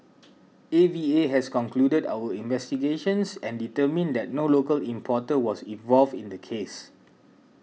A V A has concluded our investigations and determined that no local importer was involved in the case